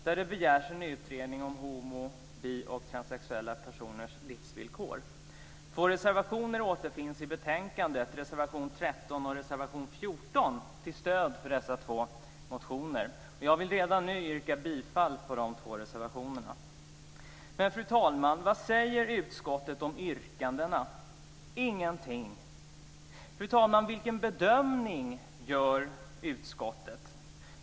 Där begärs en utredning om homo-, bi och transsexuella personers livsvillkor. Två reservationer återfinns i betänkandet, reservationerna 13 och 14, till stöd för dessa två motioner. Jag vill redan nu yrka bifall till de två reservationerna. Fru talman! Vad säger utskottet om yrkandena? Ingenting. Fru talman! Vilken bedömning gör utskottet?